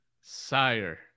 Sire